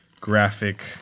graphic